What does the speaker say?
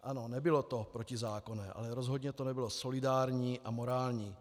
Ano, nebylo to protizákonné, ale rozhodně to nebylo solidární a morální.